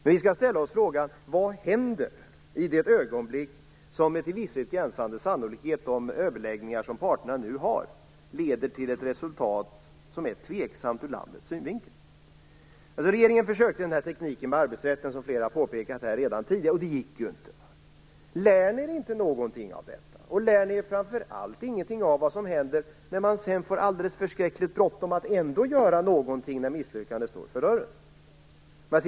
Men vi skall ställa oss frågan vad som händer i det ögonblick som, med till visshet gränsande sannolikhet, de överläggningar parterna nu har leder till ett resultat som är tveksamt ur landets synvinkel. Regeringen försökte tekniken med arbetsrätten, som flera har påpekat här tidigare, och det gick ju inte. Lär ni er inte någonting av detta? Lär ni er inte vad som händer när man får förskräckligt bråttom med att ändå göra någonting när misslyckandet står för dörren?